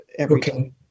Okay